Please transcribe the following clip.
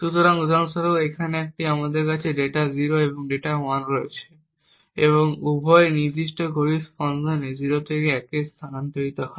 সুতরাং উদাহরণস্বরূপ এখানে আমাদের কাছে ডেটা 0 এবং ডেটা 1 রয়েছে এবং উভয়ই এই নির্দিষ্ট ঘড়ির স্পন্দনে 0 থেকে 1 থেকে স্থানান্তরিত হয়